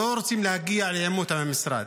לא רוצים להגיע לעימות עם המשרד.